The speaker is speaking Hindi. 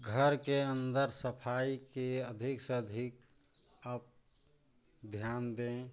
घर के अंदर सफाई की अधिक से अधिक आप ध्यान दें